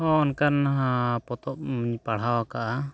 ᱦᱚᱸ ᱚᱱᱠᱟᱱ ᱱᱟᱦᱟᱜ ᱯᱚᱛᱚᱵᱽ ᱤᱧ ᱯᱟᱲᱦᱟᱣ ᱠᱟᱜᱼᱟ